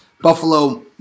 Buffalo